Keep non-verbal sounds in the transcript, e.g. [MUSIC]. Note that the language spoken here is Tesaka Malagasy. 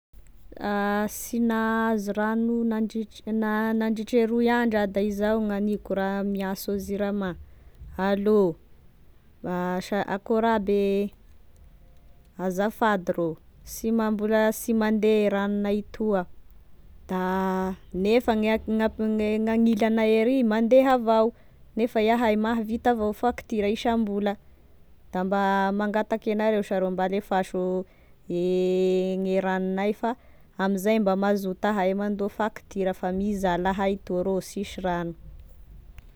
[HESITATION] Sy nahazo ragno nandritr- na- nandritra e roy andro iaho da izao gn'aniko raha mianso e zirama Allô [HESITATION] as- akôry aby e azafady rô sy mamb- sy mande ragnognay toa da gnefa gn'ak- gn'ak- gn'anilanay ary mande avao nefa iahy mahavita avao e faktiora isambola mba mangataky agnareo sharô mba alefaso e gne ragnognay fa amzay mba mazoto ahay e mandoa faktiora fa mizaly ahay toa rô sisy ragno.